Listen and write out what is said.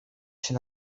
się